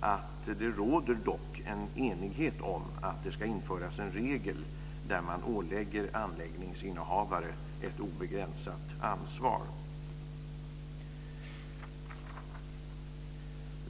att det dock råder en enighet om att det ska införas en regel där man ålägger anläggningsinnehavare ett obegränsat ansvar. Fru talman!